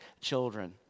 children